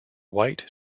white